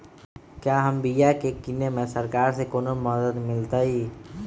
क्या हम बिया की किने में सरकार से कोनो मदद मिलतई?